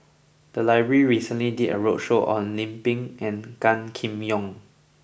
the library recently did a roadshow on Lim Pin and Gan Kim Yong